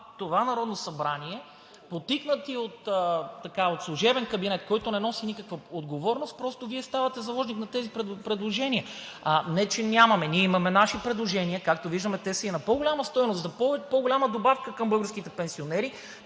това Народно събрание, подтикнати от служебен кабинет, който не носи никаква отговорност, просто Вие ставате заложник на тези предложения. Не че нямаме, ние имаме наши предложения, както виждаме те са и на по-голяма стойност, за по-голяма добавка към българските пенсионери,